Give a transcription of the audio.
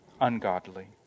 ungodly